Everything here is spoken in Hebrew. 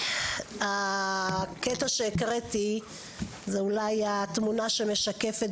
הקטע שהקראתי זה אולי התמונה שמשקפת